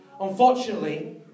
unfortunately